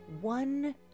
one